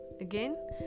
Again